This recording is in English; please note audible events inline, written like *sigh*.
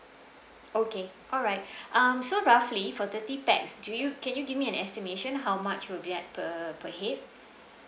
okay alright *breath* um so roughly for thirty pax do you can you give me an estimation how much would be at per per head